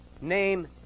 name